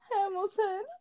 Hamilton